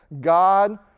God